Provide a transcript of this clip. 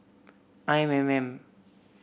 I M M